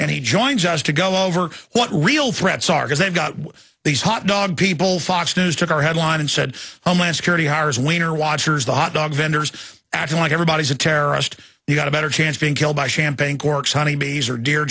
he joins us to go over what real threats are because they've got these hot dog people fox news took our headline and said homeland security hires winner watchers the hot dog vendors act like everybody's a terrorist you got a better chance being killed by champagne corks honey bees or deer